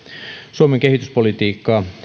suomen kehityspolitiikkaa